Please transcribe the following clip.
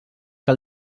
que